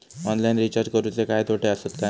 Online recharge करुचे काय तोटे आसत काय?